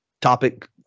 topic